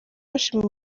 bashima